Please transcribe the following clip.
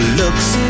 looks